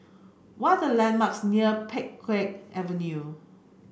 what are the landmarks near Pheng Geck Avenue